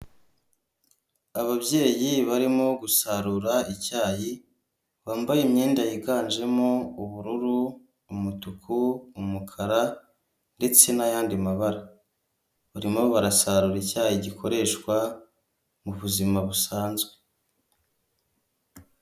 Ababyeyi barimo gusarura icyayi bambaye imyenda yiganjemo ubururu, umutuku, umukara ndetse n'ayandi mabara barimo barasarura icyayi gikoreshwa mu buzima busanzwe.